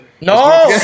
No